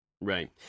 Right